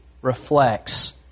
reflects